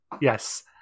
Yes